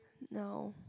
now